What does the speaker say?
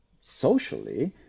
socially